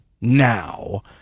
now